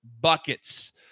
Buckets